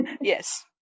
Yes